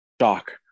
shock